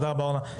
תודה רבה, אורנה.